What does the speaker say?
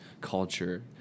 culture